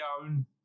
own